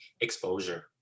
Exposure